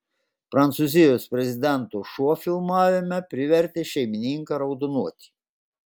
prancūzijos prezidento šuo filmavime privertė šeimininką raudonuoti